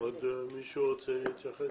עוד מישהו רוצה להתייחס?